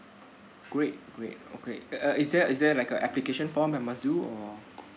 great great great uh is there is there like a application form I must do or